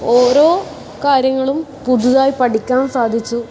ഓരോ കാര്യങ്ങളും പുതുതായി പഠിക്കാൻ സാധിച്ചു